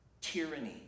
tyranny